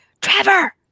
Trevor